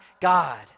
God